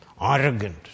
arrogant